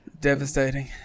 Devastating